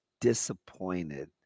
disappointed